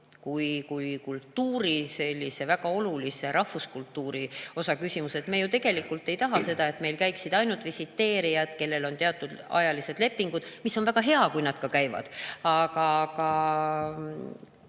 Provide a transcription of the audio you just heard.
kui kultuuri väga olulise osa, rahvuskultuuri küsimus. Me ju tegelikult ei taha seda, et meil käiksid ainult visiteerijad, kellel on teatud ajalised lepingud – see on väga hea, kui nad käivad, aga